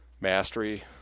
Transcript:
mastery